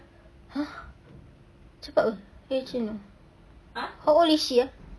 !huh! cepat [pe] how did you know how old is she ah